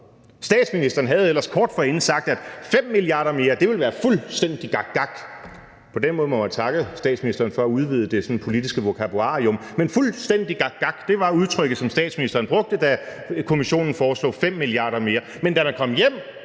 Statsministeren havde ellers kort forinden sagt, at 5 mia. kr. mere ville være fuldstændig gakgak, og på den måde må man takke statsministeren for sådan at udvide det politiske vokabularium. Men fuldstændig gakgak var udtrykket, som statsministeren brugte, da Kommissionen foreslog 5 mia. kr. mere, men da man kom hjem